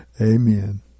Amen